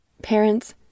Parents